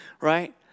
right